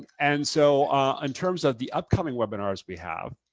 and so in terms of the upcoming webinars we have,